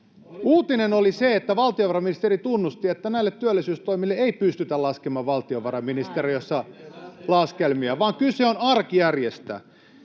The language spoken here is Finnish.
Uutinen oli se, että valtiovarainministeri tunnusti, että näille työllisyystoimille ei pystytä laskemaan valtiovarainministeriössä laskelmia, vaan kyse on arkijärjestä.